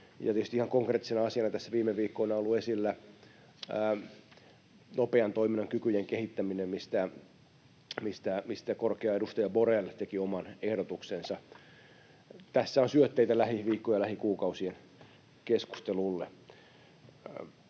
konkreettisena asiana viime viikkoina on ollut esillä nopean toiminnan kykyjen kehittäminen, mistä korkea edustaja Borrell teki oman ehdotuksensa. Tässä on syötteitä lähiviikkojen ja lähikuukausien keskustelulle.